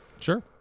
Sure